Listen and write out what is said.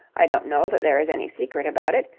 i don't know that there is any secret about it.